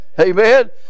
Amen